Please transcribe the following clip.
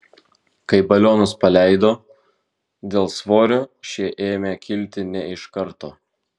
kai balionus paleido dėl svorio šie ėmė kilti ne iš karto